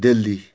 Delhi